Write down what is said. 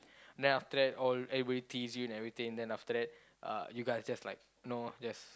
then after that all everybody tease you and everything then after that uh you guys just like know just